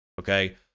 Okay